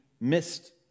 missed